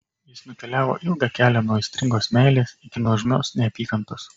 jis nukeliavo ilgą kelią nuo aistringos meilės iki nuožmios neapykantos